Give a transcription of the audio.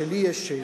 שלי יש זכות,